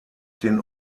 den